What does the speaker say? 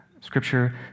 Scripture